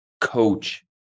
coach